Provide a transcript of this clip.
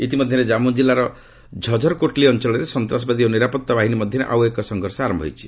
ଇତିମଧ୍ୟରେ ଜନ୍ମୁ ଜିଲ୍ଲାର ଝଜର୍କୋଟଲୀ ଅଞ୍ଚଳରେ ସନ୍ତାସବାଦୀ ଓ ନିରାପତ୍ତା ବାହିନୀ ମଧ୍ୟରେ ଆଉ ଏକ ସଂଘର୍ଷ ଆରମ୍ଭ ହୋଇଛି